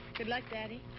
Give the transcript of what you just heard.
good luck, daddy.